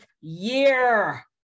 year